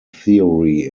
theory